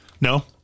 No